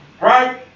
Right